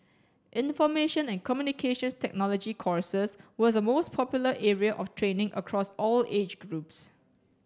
information and Communications Technology courses were the most popular area of training across all age groups